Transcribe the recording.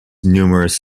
numerous